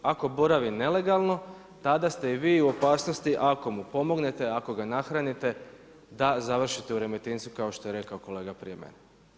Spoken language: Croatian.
Ako boravi nelegalno, tada ste i vi u opasnosti ako mu pomognete, ako ga nahranite, da završite u Remetincu kao što je rekao kolega prije mene.